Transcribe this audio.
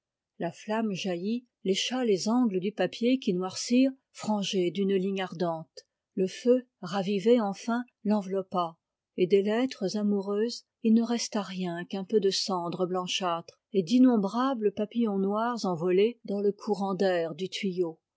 la flamme jaillit lécha les angles du paquet qui noircirent frangés d'une ligne ardente le feu ravivé enfin l'enveloppa et des lettres amoureuses il ne resta rien qu'un peu de cendre blanchâtre et d'innombrables papillons noirs envolés dans le courant d'air d'un tuyau